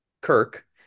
Kirk